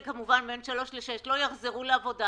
כולם אומרים שיחזרו לחינוך המיוחד באופן מלא,